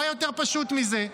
מה יותר פשוט מזה?